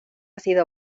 sido